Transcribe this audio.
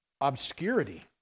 obscurity